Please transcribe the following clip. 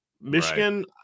Michigan